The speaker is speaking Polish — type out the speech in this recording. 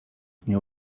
mnie